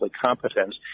competent